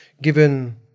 given